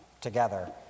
together